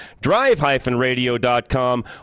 drive-radio.com